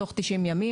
תוך 90 ימים.